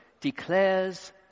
declares